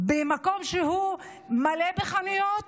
במקום שהוא מלא בחנויות,